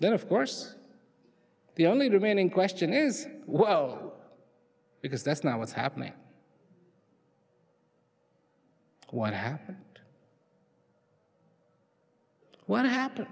then of course the only remaining question is well because that's not what's happening what happened what happened